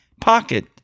pocket